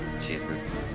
Jesus